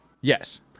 Yes